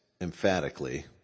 emphatically